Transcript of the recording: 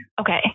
Okay